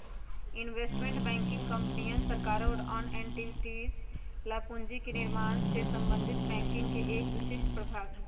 investment banking कंपनियन, सरकारों और अन्य एंटिटीज ला पूंजी के निर्माण से संबंधित बैंकिंग के एक विशिष्ट प्रभाग हई